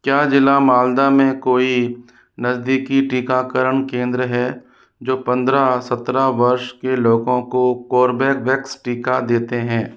क्या ज़िला मालदा में कोई नज़दीकी टीकाकरण केन्द्र है जो पंद्रह से सत्रह वर्ष के लोगों को कोर्बेवैक्स टीका देते हैं